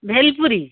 bhelpuri